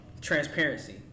transparency